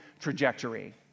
trajectory